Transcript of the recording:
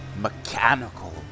mechanical